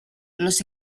los